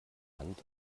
hand